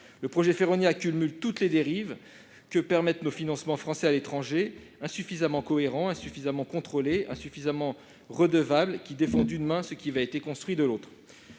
Ce projet Feronia cumule toutes les dérives que permettent nos financements français à l'étranger : insuffisamment cohérents, insuffisamment contrôlés, insuffisamment « redevables ». En d'autres termes, ils défont d'une main ce qui a été fait de l'autre.